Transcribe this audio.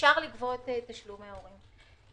אפשר לגבות תשלומי הורים.